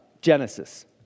Genesis